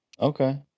Okay